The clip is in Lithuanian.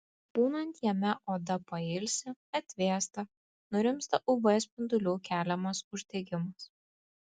būnant jame oda pailsi atvėsta nurimsta uv spindulių keliamas uždegimas